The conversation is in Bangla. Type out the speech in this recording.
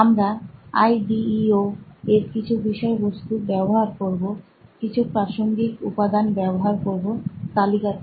আমরা IDEO এর কিছু বিষয়বস্তু ব্যবহার করবো কিছু প্রাসঙ্গিক উপাদান ব্যবহার করবো তালিকা থেকে